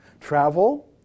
Travel